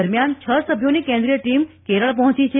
દરમિયાન છ સભ્યોની કેન્દ્રિય ટીમ કેરળ પહોંચી છે